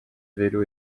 vélo